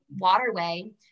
waterway